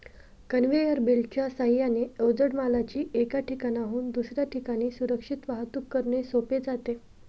conveyor बेल्टच्या साहाय्याने अवजड मालाची एका ठिकाणाहून दुसऱ्या ठिकाणी सुरक्षित वाहतूक करणे सोपे जाते